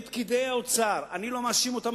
אני חבר כנסת מודאג